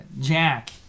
Jack